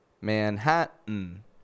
Manhattan